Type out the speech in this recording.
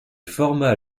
forma